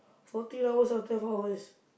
fourteen hours or twelve hours